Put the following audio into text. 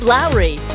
Lowry